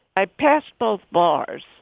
i passed both bars.